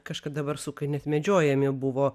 kažkada barsukai net medžiojami buvo